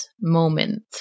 moment